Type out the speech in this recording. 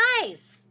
nice